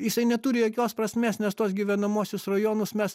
jisai neturi jokios prasmės nes tuos gyvenamuosius rajonus mes